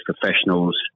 professionals